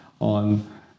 on